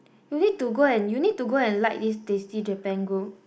you need to go and you need to go and like this tasty Japan group